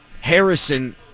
Harrison